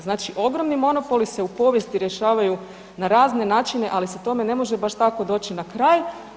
Znači ogromni monopoli se u povijesti rješavaju na razne načine, ali se tome ne može baš tako doći na kraj.